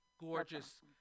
gorgeous